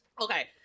Okay